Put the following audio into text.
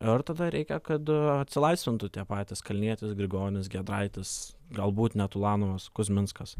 ir tada reikia kad atsilaisvintų tie patys kalnietis grigonis giedraitis galbūt net ulanovas kuzminskas